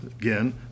again